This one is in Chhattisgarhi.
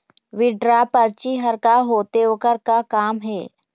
विड्रॉ परची हर का होते, ओकर का काम हे?